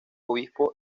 obispo